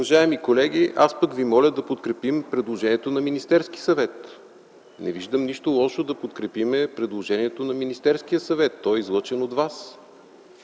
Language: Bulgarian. Уважаеми колеги, аз пък ви моля да подкрепим предложението на Министерския съвет. Не виждам нищо лошо да подкрепим предложението на Министерския съвет – той е излъчен от вас.